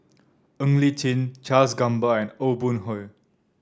Ng Li Chin Charles Gamba and Aw Boon Haw